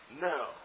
No